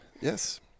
yes